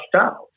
out